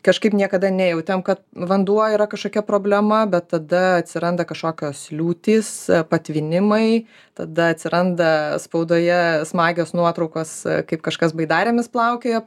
kažkaip niekada nejautėm kad vanduo yra kažkokia problema bet tada atsiranda kažkokios liūtys patvinimai tada atsiranda spaudoje smagios nuotraukos kaip kažkas baidarėmis plaukioja